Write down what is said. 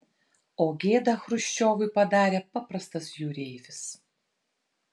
o gėdą chruščiovui padarė paprastas jūreivis